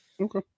Okay